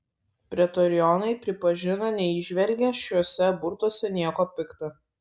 pretorionai pripažino neįžvelgią šiuose burtuose nieko pikta